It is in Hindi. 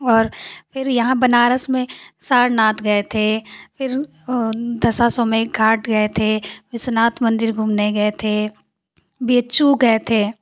और फिर यहाँ बनारस में सारनाथ गये थे फिर दशाश्वमेध घाट गये थे विश्वनाथ मंदिर घूमने गये थे बी एच यू गये थे